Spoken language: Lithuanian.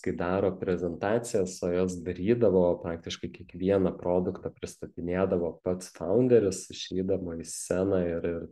kai daro prezentacijas o jas darydavo praktiškai kiekvieną produktą pristatinėdavo pats faunderis išeidavo į sceną ir ir